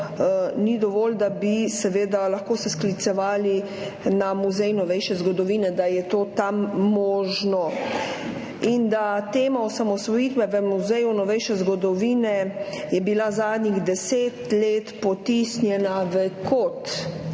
ni dovolj, da bi se lahko sklicevali na Muzej novejše zgodovine, da je to tam možno. Tema osamosvojitve je bila v Muzeju novejše zgodovine zadnjih deset let potisnjena v kot,